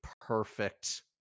perfect